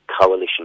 coalition